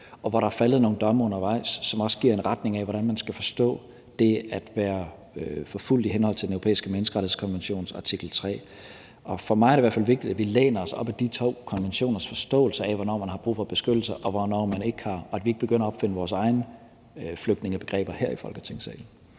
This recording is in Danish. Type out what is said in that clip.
og der er faldet nogle domme undervejs, som også giver en retning, med hensyn til hvordan man skal forstå det at være forfulgt i henhold til Den Europæiske Menneskerettighedskonventions artikel 3. Og for mig er det i hvert fald vigtigt, at vi læner os op ad de to konventioners forståelse af, hvornår man har brug for beskyttelse, og hvornår man ikke har det, og at vi ikke begynder at opfinde vores egne flygtningebegreber her i Folketingssalen.